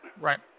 Right